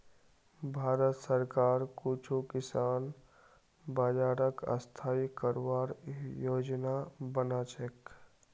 भारत सरकार कुछू किसान बाज़ारक स्थाई करवार योजना बना छेक